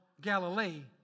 Galilee